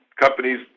companies